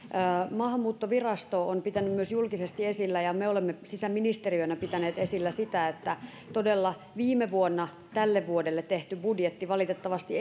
maahanmuuttovirasto on pitänyt myös julkisesti esillä ja me olemme sisäministeriönä pitäneet esillä sitä että todella viime vuonna tälle vuodelle tehty budjetti valitettavasti